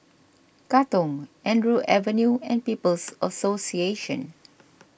Katong Andrew Avenue and People's Association